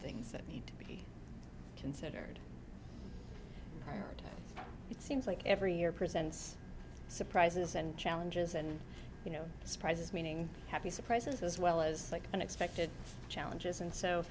things that need to be considered hard it seems like every year presents surprises and challenges and you know surprises meaning happy surprises as well as like unexpected challenges and so